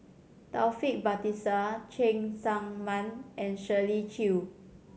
Taufik Batisah Cheng Tsang Man and Shirley Chew